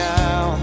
now